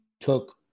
took